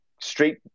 straight